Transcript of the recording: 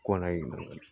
गनायनांगोन